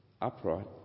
upright